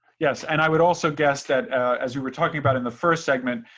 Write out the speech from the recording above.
yes, and i would also guess that as you were talking about in the first segment,